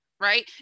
right